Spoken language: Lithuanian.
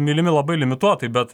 mylimi labai limituotai bet